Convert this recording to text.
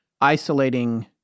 isolating